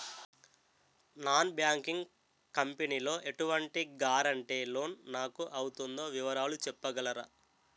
Non banking company లో ఎటువంటి guarantee loan నాకు అవుతుందో వివరాలు చెప్పగలరా?